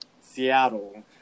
Seattle